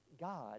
God